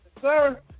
sir